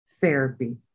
therapy